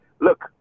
look